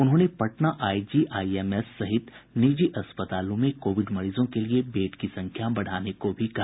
उन्होंने पटना आईजीआईएमएस सहित निजी अस्पतालों में कोविड मरीजों के लिये बेड की संख्या बढ़ाने को भी कहा